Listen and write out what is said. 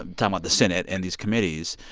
ah but about the senate and these committees.